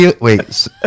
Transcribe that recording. Wait